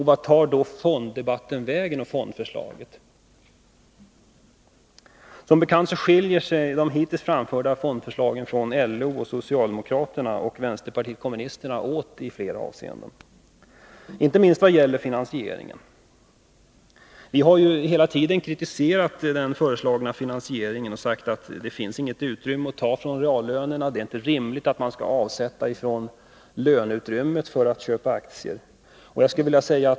Vart tar då fonddebatten och fondförslagen vägen? Som bekant skiljer sig de hittills framförda förslagen från dels LO och socialdemokraterna och dels vänsterpartiet kommunisterna åt i flera avseenden, inte minst vad gäller finansieringen. Vi har ju hela tiden kritiserat den föreslagna finansieringen och sagt att det inte finns något utrymme att ta från reallönerna, att det inte är rimligt att avsätta pengar från löneutrymmet för att köpa aktier.